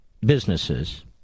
businesses